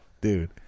Dude